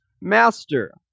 master